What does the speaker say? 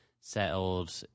settled